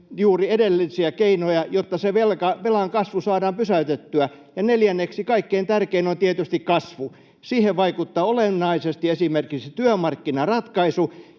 juuri edellisiä keinoja, jotta se velan kasvu saadaan pysäytettyä. Neljänneksi, kaikkein tärkein on tietysti kasvu. Siihen vaikuttaa olennaisesti esimerkiksi työmarkkinaratkaisu,